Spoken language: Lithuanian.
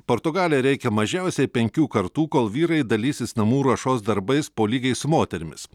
portugalijai reikia mažiausiai penkių kartų kol vyrai dalysis namų ruošos darbais po lygiai su moterimis